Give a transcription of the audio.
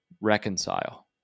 reconcile